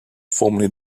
formerly